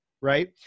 Right